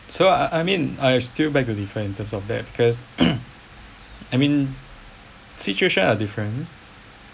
so I I mean I'll still beg to defend in terms of that cause I mean situation are different